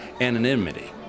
anonymity